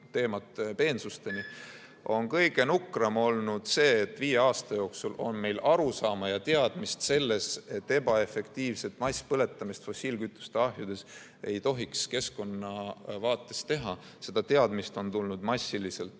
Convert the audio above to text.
teemat peensusteni –, on kõige nukram olnud see, et viie aasta jooksul on meil arusaama ja teadmist selles, et ebaefektiivset masspõletamist fossiilkütuste ahjudes ei tohiks keskkonna vaates teha, tulnud massiliselt